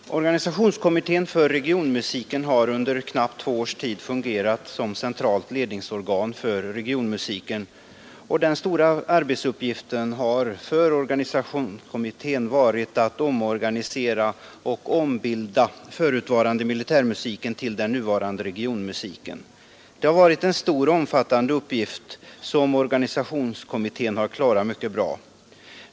Fru talman! Organisationskommittén för regionmusiken har under knappt två års tid fungerat som centralt ledningsorgan för regionmusiken, och den stora arbetsuppgiften har för denna varit att omorganisera och ombilda förutvarande militärmusiken till den nuvarande regionmusiken. Det har varit en omfattande uppgift, som organisationskommittén klarat mycket bra.